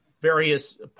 various